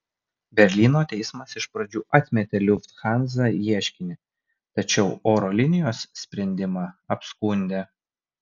berlyno teismas iš pradžių atmetė lufthansa ieškinį tačiau oro linijos sprendimą apskundė